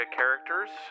characters